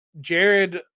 Jared